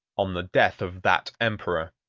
on the death of that emperor,